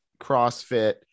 CrossFit